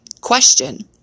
question